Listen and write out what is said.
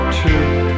true